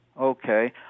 Okay